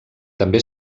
també